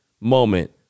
moment